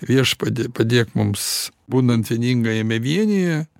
viešpatie padėk mums būnant vieningajame vienyje